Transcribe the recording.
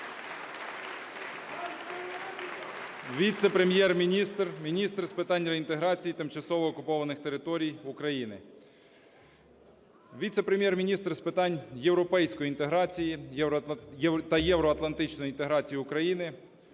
Віце-прем'єр-міністр – міністр з питань реінтеграції тимчасово окупованих територій України. Віце-прем'єр-міністр з питань європейської інтеграції та євроатлантичної інтеграції України,